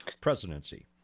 presidency